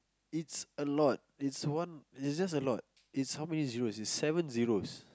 it's a lot it's one it's just a lot it's how many zeroes it's seven zeroes